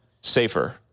safer